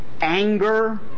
anger